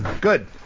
good